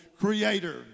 creator